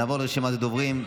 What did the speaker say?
נעבור לרשימת הדוברים.